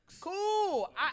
Cool